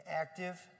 active